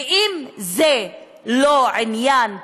ואם זה לא עניין פוליטי,